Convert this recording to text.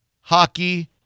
hockey